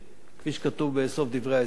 כפי שכתוב בסוף דברי ההסבר.